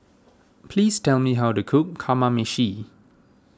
please tell me how to cook Kamameshi